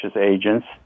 agents